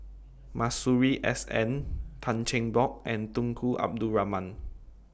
Masuri S N Tan Cheng Bock and Tunku Abdul Rahman